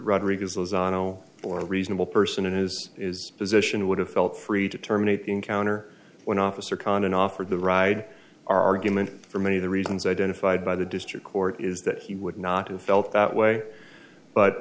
rodriguez was on o or a reasonable person and is is position would have felt free to terminate the encounter when officer condon offered the ride our argument for many of the reasons identified by the district court is that he would not have felt that way but